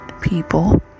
people